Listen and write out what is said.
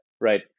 Right